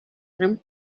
him